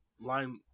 line –